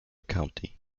county